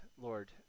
Lord